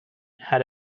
had